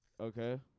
okay